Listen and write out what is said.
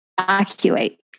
evacuate